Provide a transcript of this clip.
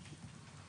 רק